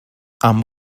amb